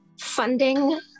funding